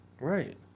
Right